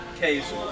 case